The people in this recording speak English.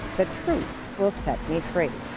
the truth will set me free.